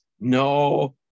No